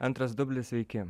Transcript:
antras dublis sveiki